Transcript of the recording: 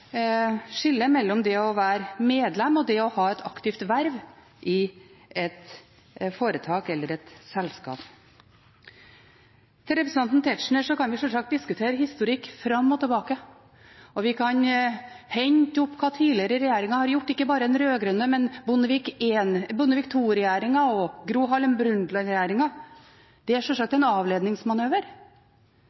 mellom det å være medlem og det å ha et aktivt verv i et foretak eller et selskap. Til representanten Tetzschner: Vi kan sjølsagt diskutere historikk fram og tilbake, og vi kan hente opp hva tidligere regjeringer har gjort, ikke bare den rød-grønne, men Bondevik II-regjeringen og Gro Harlem Brundtland-regjeringen. Det er sjølsagt en avledningsmanøver,